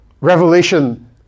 revelation